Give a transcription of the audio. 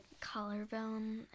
collarbone